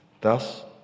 Thus